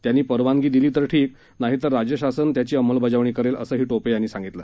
त्यांनीपरवानगी दिली तर ठीक नाही तर राज्य शासन त्याची अमंलबजावणी करेल असही टोपे यांनी सांगितलं